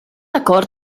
acord